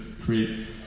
create